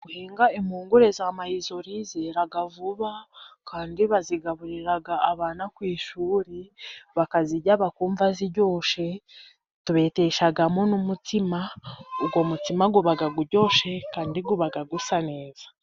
Guhinga impungure za mayizori zera vuba kandi bazigaburira abana ku ishuri bakazirya bakumva ziryoshye .Tubeteshamo n'umutsima, uwo mutsima uba uryoshye kandi uba usa neza.